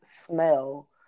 smell